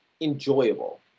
enjoyable